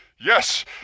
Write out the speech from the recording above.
Yes